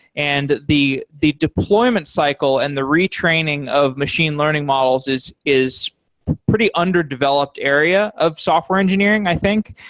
and the the deployment cycle and the retraining of machine learning models is is pretty underdeveloped area of software engineering, i think.